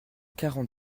quarante